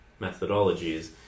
methodologies